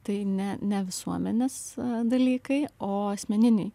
tai ne ne visuomenės dalykai o asmeniniai